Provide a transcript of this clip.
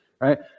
right